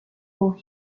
for